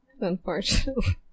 Unfortunately